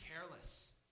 careless